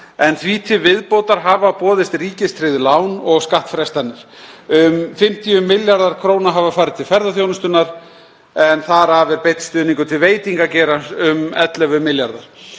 en því til viðbótar hafa boðist ríkistryggð lán og skattfrestanir. Um 50 milljarðar kr. hafa farið til ferðaþjónustunnar, en þar af er beinn stuðningur til veitingageirans um 11 milljarðar